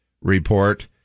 report